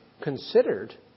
considered